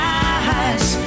eyes